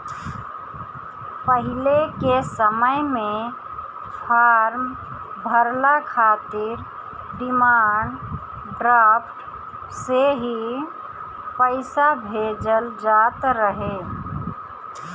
पहिले के समय में फार्म भरला खातिर डिमांड ड्राफ्ट से ही पईसा भेजल जात रहे